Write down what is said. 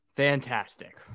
Fantastic